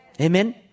Amen